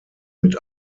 mit